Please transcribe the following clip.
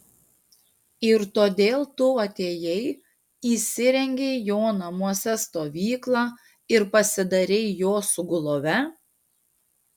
ir todėl tu atėjai įsirengei jo namuose stovyklą ir pasidarei jo sugulove